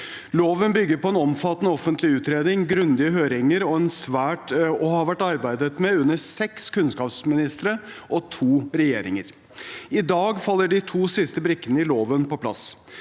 Loven bygger på en omfattende offentlig utredning, grundige høringer og har vært arbeidet med under seks kunnskapsministre og to regjeringer. I dag faller de to siste brikkene i loven på plass: